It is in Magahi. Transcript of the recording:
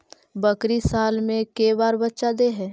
बकरी साल मे के बार बच्चा दे है?